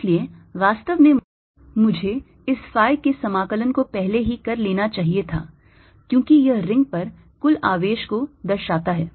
इसलिए वास्तव में मुझे इस phi के समाकलन को पहले ही कर लेना चाहिए था क्योंकि यह रिंग पर कुल आवेश को दर्शाता है